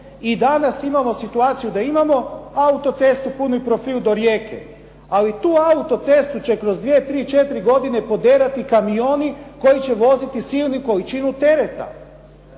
I danas imamo situaciju autocestu puni profil do Rijeke, ali tu autocestu će kroz dvije, tri, četiri godine poderati kamioni koji će voziti silnu količinu tereta.